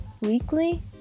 weekly